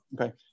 okay